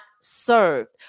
served